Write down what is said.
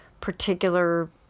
particular